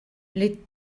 les